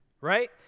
Right